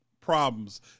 problems